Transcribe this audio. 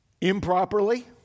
improperly